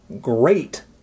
great